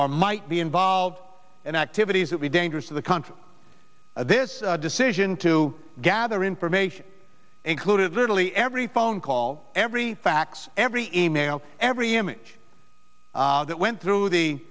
or might be involved in activities that we dangerous to the country this decision to gather information included literally every phone call every fax every e mail every image that went through the